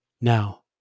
Now